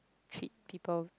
treat people